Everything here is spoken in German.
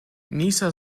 nieser